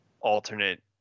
alternate